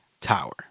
Tower